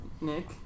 Nick